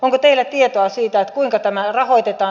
onko teillä tietoa siitä kuinka tämä rahoitetaan